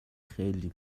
خیلی